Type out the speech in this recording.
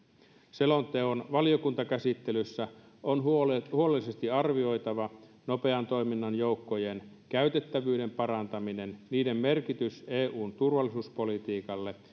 selonteon valiokuntakäsittelyssä on huolellisesti arvioitava nopean toiminnan joukkojen käytettävyyden parantaminen niiden merkitys eun turvallisuuspolitiikalle